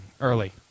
early